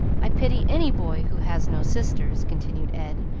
i pity any boy who has no sisters, continued ed,